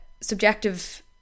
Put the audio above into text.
subjective